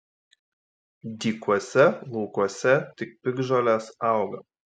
dykuose laukuose tik piktžolės auga